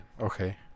okay